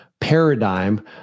paradigm